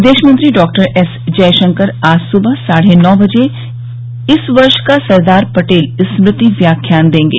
विदेश मंत्री doctor S Jaishankar आज सुबह साढ़े नौ बजे इस वर्ष का सरदार पटेल स्मृति व्याख्यान देंगे